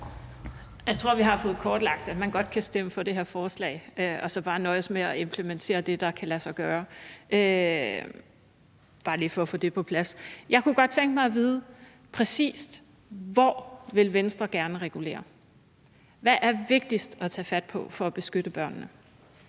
Jeg tror, vi har fået kortlagt, at man godt kan stemme for det her forslag og så bare nøjes med at implementere det, der kan lade sig gøre. Det er bare lige for at få det på plads. Jeg kunne godt tænke mig at vide, præcis hvor Venstre gerne vil regulere. Hvad er vigtigst at tage fat på for at beskytte børnene?